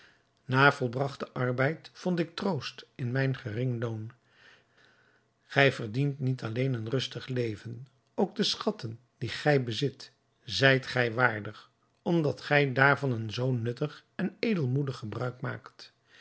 na volbragten arbeid vond ik troost in mijn gering loon gij verdient niet alleen een rustig leven ook de schatten die gij bezit zijt gij waardig omdat gij daarvan een zoo nuttig en edelmoedig